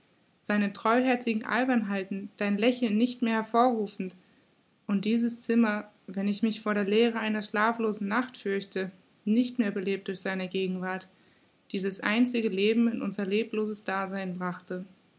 seine treuherzigen albernheiten dein lächeln nicht mehr hervorrufend und dieses zimmer wenn ich mich vor der leere einer schlaflosen nacht fürchte nicht mehr belebt durch seine gegenwart die das einzige leben in unser lebloses dasein brachte